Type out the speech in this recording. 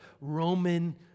Roman